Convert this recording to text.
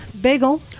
Bagel